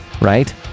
right